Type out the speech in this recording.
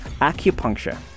acupuncture